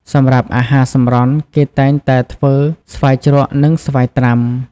សម្រាប់អាហារសម្រន់ គេតែងតែធ្វើ ស្វាយជ្រក់ និង ស្វាយត្រាំ។